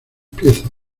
piezas